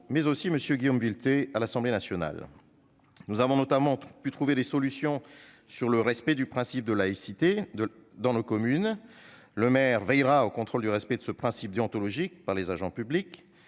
le Sénat et Guillaume Vuilletet pour l'Assemblée nationale. Nous avons notamment pu trouver des solutions en ce qui concerne le respect du principe de laïcité dans nos communes : le maire veillera au contrôle du respect de ce principe déontologique par les agents publics.